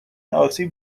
آسیب